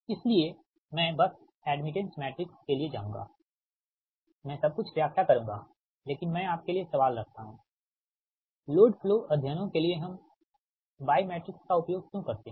इसलिए मैं बस एड्मिटेंस मैट्रिक्स के लिए जाऊँगा मैं सब कुछ व्याख्या करूँगालेकिन मैं आपके लिए सवाल रखता हूँ लोड फ्लो अध्ययनों के लिए हम Y मैट्रिक्स का उपयोग क्यों करते हैं